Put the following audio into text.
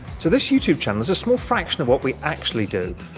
so this youtube channel is a small fraction of what we actually do.